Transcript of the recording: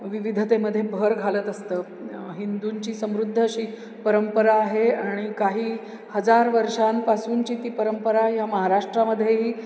विविधतेमध्ये भर घालत असतं हिंदूंची समृद्ध अशी परंपरा आहे आणि काही हजार वर्षांपासूनची ती परंपरा या महाराष्ट्रामध्येही